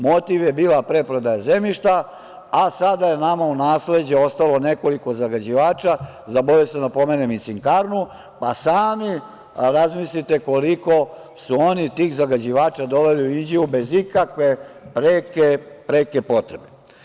Motiv je bila preprodaje zemljišta, a sada je nama u nasleđe ostalo nekoliko zagađivača, zaboravio sam da pomenem i „Cinkarnu“, a sami razmislite koliko su oni tih zagađivača doveli u Inđiju bez ikakve preke potrebe.